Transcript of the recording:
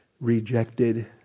rejected